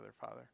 Father